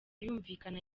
yumvikana